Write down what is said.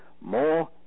more